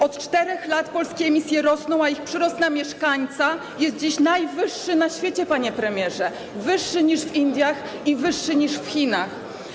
Od 4 lat polskie emisje rosną, a ich przyrost na mieszkańca jest dziś najwyższy na świecie, panie premierze, jest wyższy niż w Indiach czy w Chinach.